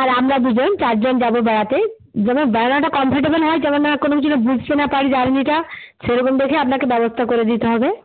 আর আমরা দুজন চারজন যাব বেড়াতে যেন বেড়ানোটা কমফর্টেবেল হয় যেন না কোনো যেন বুঝতে না পারি জার্নিটা সেরকম দেখে আপনাকে ব্যবস্থা করে দিতে হবে